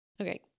Okay